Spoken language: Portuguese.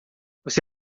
você